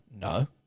No